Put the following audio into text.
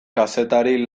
kazetari